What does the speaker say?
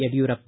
Yediyurappa